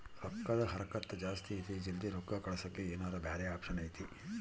ರೊಕ್ಕದ ಹರಕತ್ತ ಜಾಸ್ತಿ ಇದೆ ಜಲ್ದಿ ರೊಕ್ಕ ಕಳಸಕ್ಕೆ ಏನಾರ ಬ್ಯಾರೆ ಆಪ್ಷನ್ ಐತಿ?